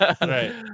right